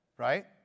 Right